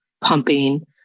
pumping